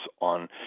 on